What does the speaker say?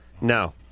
No